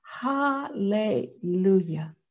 hallelujah